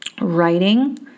writing